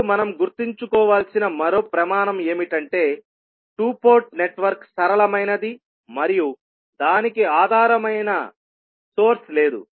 ఇప్పుడు మనం గుర్తుంచుకోవలసిన మరో ప్రమాణం ఏమిటంటే 2 పోర్ట్ నెట్వర్క్ సరళమైనది మరియు దానికి ఆధారమైన సోర్స్ లేదు